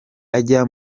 ajya